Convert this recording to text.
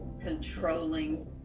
controlling